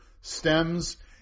stems